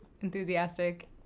enthusiastic